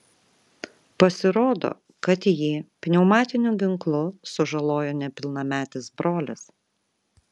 pasirodo kad jį pneumatiniu ginklu sužalojo nepilnametis brolis